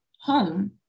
home